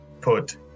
put